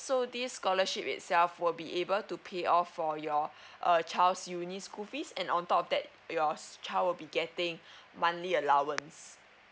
so this scholarship itself will be able to pay off for your err child's uni school fees and on top of that your child will be getting monthly allowance